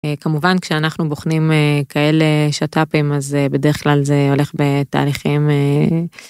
כמובן כשאנחנו בוחנים כאלה שת"פים אז בדרך כלל זה הולך בתהליכים